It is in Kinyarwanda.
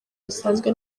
bisanzwe